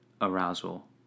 arousal